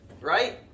right